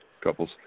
couples